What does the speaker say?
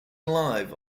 live